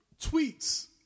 tweets